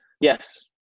Yes